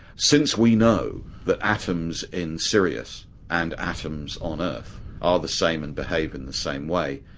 since we know that atoms in sirius and atoms on earth are the same, and behave in the same way,